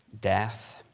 death